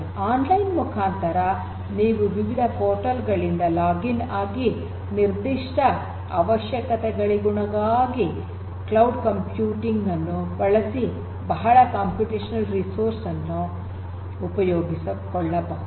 online ಮುಖಾಂತರ ನೀವು ವಿವಿಧ ಪೋರ್ಟಲ್ ಗಳಿಂದ ಲಾಗಿನ್ ಆಗಿ ನಿರ್ಧಿಷ್ಟ ಅವಶ್ಯಕತೆಗಳಿಗನುಗುಣವಾಗಿ ಕ್ಲೌಡ್ ಕಂಪ್ಯೂಟಿಂಗ್ ನನ್ನು ಬಳಸಿ ಬಹಳ ಕಂಪ್ಯೂಟೇಷನಲ್ ರಿಸೋರ್ಸ್ಗಳನ್ನು ಉಪಯೋಗಿಸಿಕೊಳ್ಳಬಹುದು